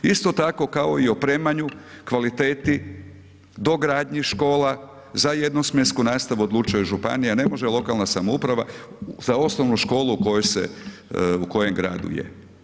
Isto tako kao i o opremanju, kvaliteti, dogradnji škola, za jednosmjensku nastavu odlučuje županija, ne može lokalna samouprava za osnovnu školu o kojoj se, u kojem gradu je.